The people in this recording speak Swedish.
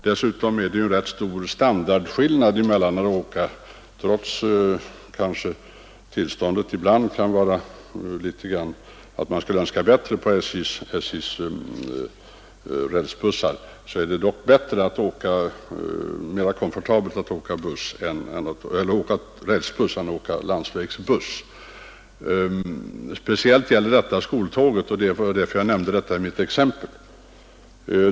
Även om man ibland skulle önska att komforten vore bättre på SJ:s rälsbussar är det ändå ganska stor standardskillnad mellan att åka rälsbuss och att företa resan med landsvägsbuss; rälsbussen är mer komfortabel. Speciellt gäller detta skoltåget, och det var därför som jag nämnde det i mitt exempel.